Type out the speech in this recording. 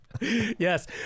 Yes